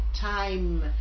time